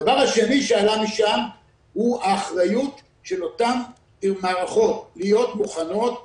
הדבר השני שעלה משם הוא ההיערכות של אותן מערכות להיות מוכנות לחירום.